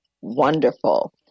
wonderful